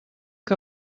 que